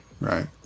Right